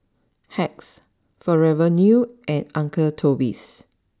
Hacks forever new and Uncle Toby's